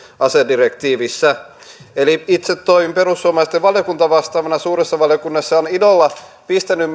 asedirektiivissä itse toimin perussuomalaisten valiokuntavastaavana suuressa valiokunnassa ja olen ilolla pistänyt